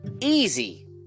easy